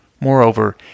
Moreover